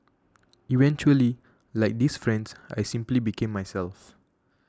eventually like these friends I simply became myself